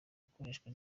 ikoreshwa